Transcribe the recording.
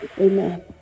Amen